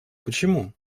почему